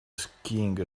skiing